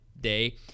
day